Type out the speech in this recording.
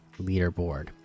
leaderboard